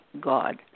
God